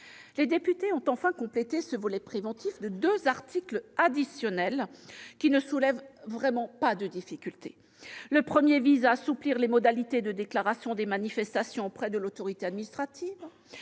les députés ont complété ce volet préventif par deux articles additionnels, qui ne soulèvent vraiment pas de difficulté : le premier vise à assouplir les modalités de déclaration des manifestations auprès de l'autorité administrative